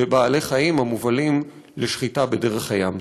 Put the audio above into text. בבעלי-חיים המובלים לשחיטה בדרך הים.